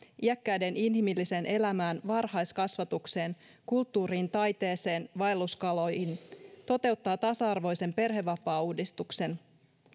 iäkkäiden inhimilliseen elämään varhaiskasvatukseen kulttuuriin taiteeseen vaelluskaloihin ja joka toteuttaa tasa arvoisen perhevapaauudistuksen